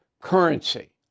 currency